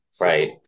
right